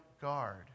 guard